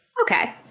Okay